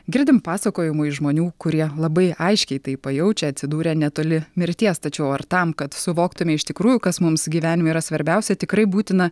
girdim pasakojimų iš žmonių kurie labai aiškiai tai pajaučia atsidūrę netoli mirties tačiau ar tam kad suvoktume iš tikrųjų kas mums gyvenime yra svarbiausia tikrai būtina